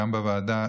גם בוועדה,